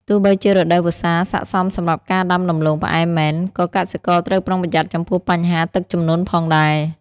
ទោះបីជារដូវវស្សាស័ក្តិសមសម្រាប់ការដាំដំឡូងផ្អែមមែន ក៏កសិករត្រូវប្រុងប្រយ័ត្នចំពោះបញ្ហាទឹកជំនន់ផងដែរ។